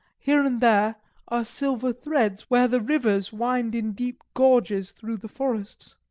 here and there are silver threads where the rivers wind in deep gorges through the forests.